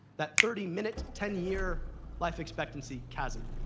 that thirty minute ten year life expectancy chasm.